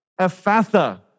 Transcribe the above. Ephatha